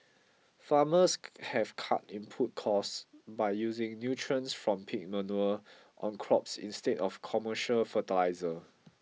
farmers have cut input costs by using nutrients from pig manure on crops instead of commercial fertiliser